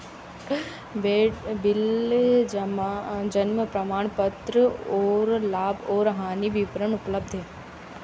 band bill जमा जन्म प्रमाण पत्र और लाभ और हानि विवरण उपलब्ध है